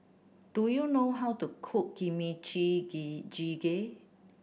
do you know how to cook Kimchi Jjigae